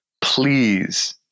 Please